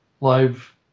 live